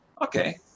Okay